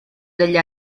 degli